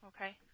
Okay